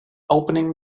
opening